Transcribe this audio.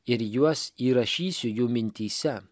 ir juos įrašysiu jų mintyse